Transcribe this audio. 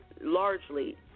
largely